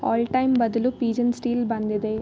all time ಬದಲು ಪೀಜನ್ steel ಬಂದಿದೆ